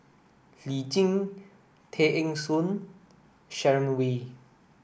Lee Tjin Tay Eng Soon Sharon Wee